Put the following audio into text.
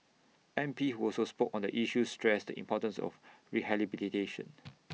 M P who also spoke on the issue stressed the importance of rehabilitation